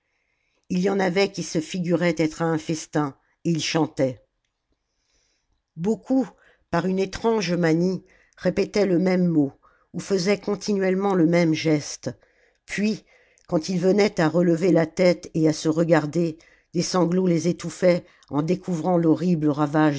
ii y en avait qui se figuraient être à un festin et ils chantaient beaucoup par une étrange manie répétaient le même mot ou faisaient continuellement le même geste puis quand ils venaient à relever la tête et à se regarder des sanglots les étouffaient en découvrant l'horrible ravage